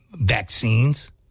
vaccines